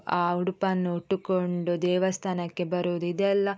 ಆ ಉಡುಪನ್ನು ಉಟ್ಟುಕೊಂಡು ದೇವಸ್ಥಾನಕ್ಕೆ ಬರುವುದು ಇದೆಲ್ಲ